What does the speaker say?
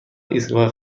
ایستگاه